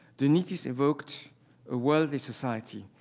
de nittis evoked a worldly society,